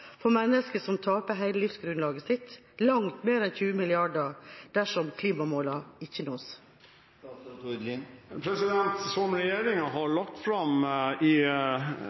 for mennesker som taper hele livsgrunnlaget sitt, langt mer enn 20 mrd. kr, dersom klimamålene ikke nås? Som regjeringen har lagt fram i